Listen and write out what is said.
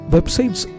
Websites